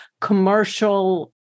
commercial